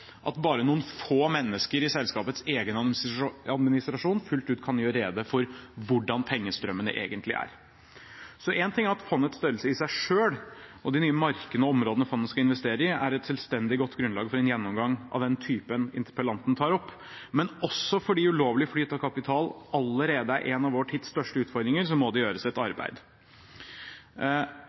at bare noen få mennesker i selskapets egen administrasjon fullt ut kan gjøre rede for hvordan pengestrømmene egentlig er. Så én ting er at fondets størrelse i seg selv og de nye markedene og områdene fondet skal investere i, er et selvstendig godt grunnlag for en gjennomgang av den typen interpellanten tar opp. Men også fordi ulovlig flyt av kapital allerede er en av vår tids største utfordringer, må det gjøres et